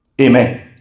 Amen